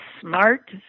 smart